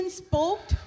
spoke